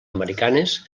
americanes